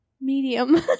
Medium